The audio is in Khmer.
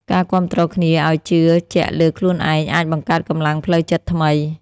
ការគាំទ្រគ្នាឲ្យជឿជាក់លើខ្លួនឯងអាចបង្កើតកម្លាំងផ្លូវចិត្តថ្មី។